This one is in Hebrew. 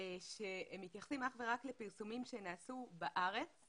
שהם מתייחסים אך ורק לפרסומים שנעשו בארץ,